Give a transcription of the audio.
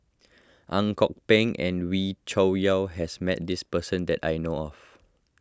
Ang Kok Peng and Wee Cho Yaw has met this person that I know of